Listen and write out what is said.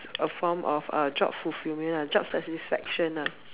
a form of uh job fulfilment lah job satisfaction lah